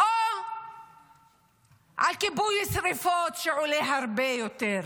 או על כיבוי שרפות, שעולה יותר?